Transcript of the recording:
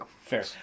Fair